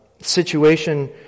situation